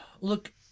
Look